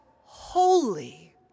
holy